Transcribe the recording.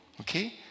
Okay